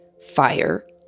fire